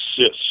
assist